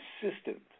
consistent